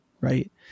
right